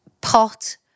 pot